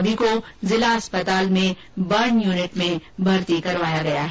सभी को जिला अस्पताल में बर्न वार्ड में भर्ती कराया गया है